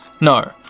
No